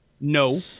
No